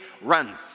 run